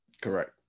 Correct